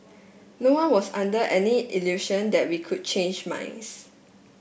no one was under any illusion that we could change minds